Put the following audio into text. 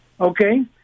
okay